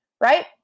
Right